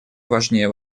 важнее